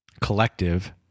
collective